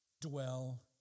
dwell